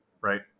right